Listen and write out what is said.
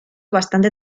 bastante